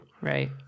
Right